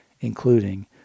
including